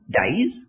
days